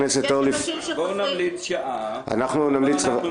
--- בואו נמליץ על שעה --- מחליטים.